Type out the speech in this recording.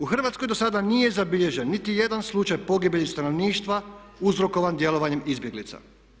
U Hrvatskoj dosada nije zabilježen nitijedan slučaj pogibelji stanovništva uzrokovan djelovanjem izbjeglica.